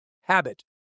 habit